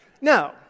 No